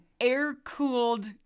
air-cooled